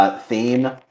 theme